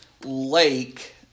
lake